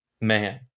man